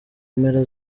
mpera